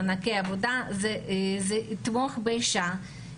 מענקי עבודה, וזה יתמוך באישה.